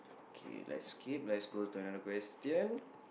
K let's skip let's go to the another question